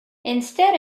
instead